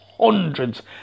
hundreds